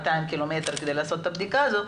200 קילומטרים כדי לעשות את הבדיקה הזאת,